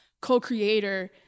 co-creator